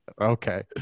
okay